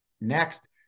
Next